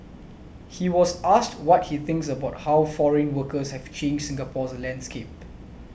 he was asked what he thinks about how foreign workers have changed Singapore's landscape